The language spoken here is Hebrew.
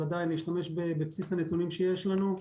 אבל עדיין להשתמש בבסיס הנתונים שיש לנו,